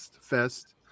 Fest